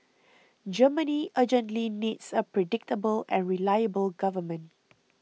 Germany urgently needs a predictable and reliable government